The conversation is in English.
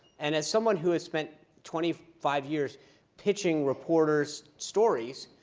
and as someone who has spent twenty five years pitching reporters' stories,